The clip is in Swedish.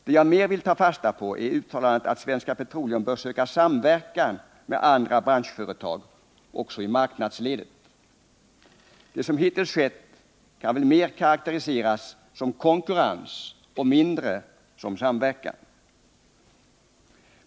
Det jag mer vill ta fasta på är uttalandet att Svenska Petroleum bör söka samverkan med andra branschföretag även i marknadsledet. Det som hittills skett kan väl mer karakteriseras som konkurrens och mindre som samverkan.